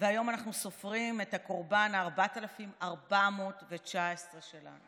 והיום אנחנו סופרים את הקורבן ה-4,419 שלנו?